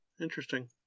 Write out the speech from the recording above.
interesting